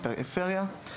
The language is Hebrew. בפריפריה.